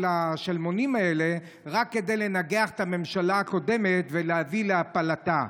השלמונים האלה רק כדי לנגח את הממשלה הקודמת ולהביא להפלתה.